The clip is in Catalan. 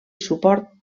suport